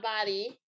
body